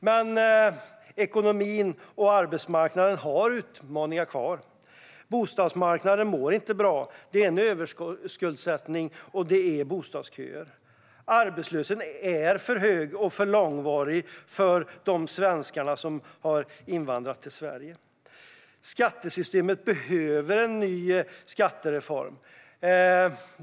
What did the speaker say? Men ekonomin och arbetsmarknaden har utmaningar kvar. Bostadsmarknaden mår inte bra. Det råder överskuldsättning, och det är bostadsköer. Arbetslösheten är för hög och för långvarig bland de svenskar som har invandrat till Sverige. Skattesystemet behöver en ny skattereform.